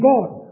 God